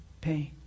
pain